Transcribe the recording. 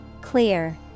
Clear